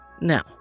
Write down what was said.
Now